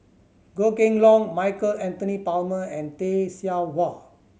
Goh Kheng Long Michael Anthony Palmer and Tay Seow Huah